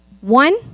One